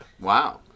Wow